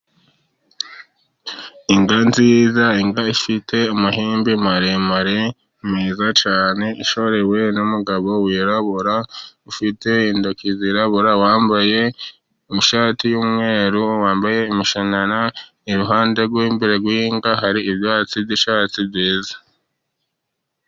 Inka nziza, inka ifite amahembe maremare meza cyane. Ishorewe n'umugabo wirabura, ufite intoki zirabura, wambaye ishati y'umweru, wambaye umushanana, iruhande rw'inka hari ibyatsi by'icyatsi byiza.